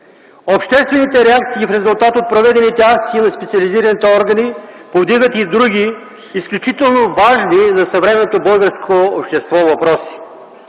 Обществените реакции в резултат от проведените акции на специализираните органи повдигат и други изключително важни за съвременното българско общество въпроси.